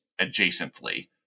adjacently